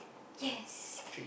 yes